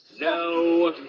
No